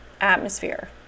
atmosphere